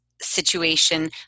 situation